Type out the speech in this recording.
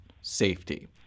safety